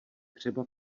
třeba